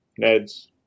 NEDs